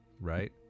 Right